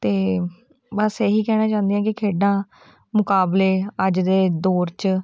ਅਤੇ ਬਸ ਇਹੀ ਕਹਿਣਾ ਚਾਹੁੰਦੀ ਹਾਂ ਕਿ ਖੇਡਾਂ ਮੁਕਾਬਲੇ ਅੱਜ ਦੇ ਦੌਰ 'ਚ